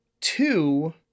two